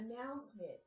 announcement